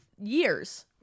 years